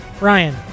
Ryan